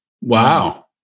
Wow